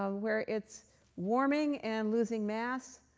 ah where it's warming and losing mass.